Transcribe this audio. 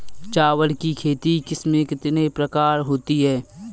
चावल की खेती की किस्में कितने प्रकार की होती हैं?